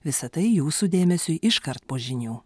visa tai jūsų dėmesiui iškart po žinių